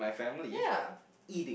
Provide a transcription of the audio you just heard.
yeah